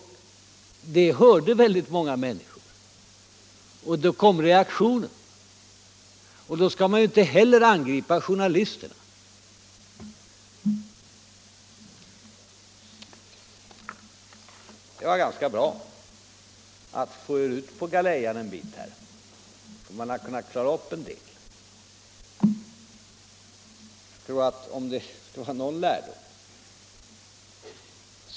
Detta hörde väldigt många människor, och då kom reaktionen. Då skall man inte heller angripa journalisterna. Det var ganska bra att få er ut på galejan en bit — vi har på detta sätt kunnat klara upp en del saker.